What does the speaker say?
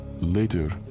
Later